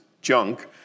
junk